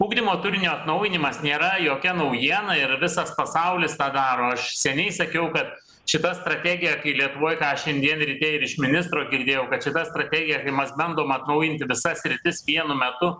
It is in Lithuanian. ugdymo turinio atnaujinimas nėra jokia naujiena ir visas pasaulis tą daro aš seniai sakiau kad šita strategija kai lietuvoj ką aš šiandien ryte ir iš ministro girdėjau kad šita strategija kai mas bandom atnaujinti visas sritis vienu metu